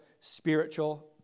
spiritual